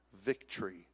victory